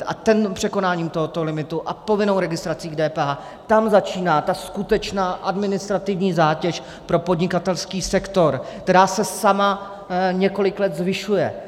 A překonáním tohoto limitu a povinnou registrací k DPH, tam začíná ta skutečná administrativní zátěž pro podnikatelský sektor, která se sama několik let zvyšuje.